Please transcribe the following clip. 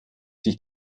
sich